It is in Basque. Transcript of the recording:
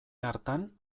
hartan